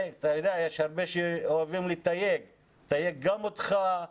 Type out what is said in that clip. יש הרבה שאוהבים לתייג גם אותך,